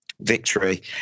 victory